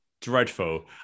dreadful